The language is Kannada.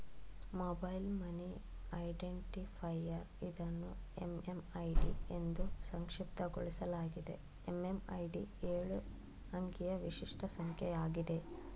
ಮೊಬೈಲ್ ಮನಿ ಐಡೆಂಟಿಫೈಯರ್ ಇದನ್ನು ಎಂ.ಎಂ.ಐ.ಡಿ ಎಂದೂ ಸಂಕ್ಷಿಪ್ತಗೊಳಿಸಲಾಗಿದೆ ಎಂ.ಎಂ.ಐ.ಡಿ ಎಳು ಅಂಕಿಯ ವಿಶಿಷ್ಟ ಸಂಖ್ಯೆ ಆಗಿದೆ